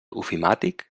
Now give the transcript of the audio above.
ofimàtic